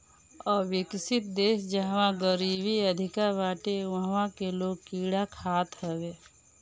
अविकसित देस जहवा गरीबी अधिका बाटे उहा के लोग कीड़ा खात हवे